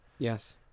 Yes